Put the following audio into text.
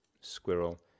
Squirrel